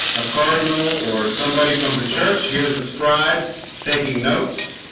a cardinal or somebody from the church. here's a scribe taking notes